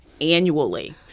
annually